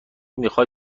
میخوای